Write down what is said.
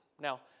Now